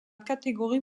catégorie